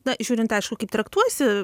na žiūrint aišku kaip traktuosi